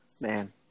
man